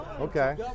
okay